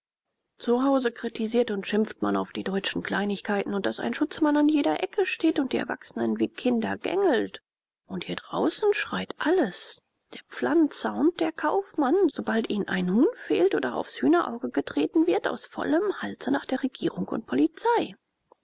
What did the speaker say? zu hause kritisiert und schimpft man auf die deutschen kleinlichkeiten und daß ein schutzmann an jeder ecke steht und die erwachsenen wie kinder gängelt und hier draußen schreit alles der pflanzer und der kaufmann sobald ihnen ein huhn fehlt oder aufs hühnerauge getreten wird aus vollem halse nach der regierung und polizei